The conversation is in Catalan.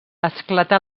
esclatà